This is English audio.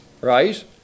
right